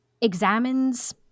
examines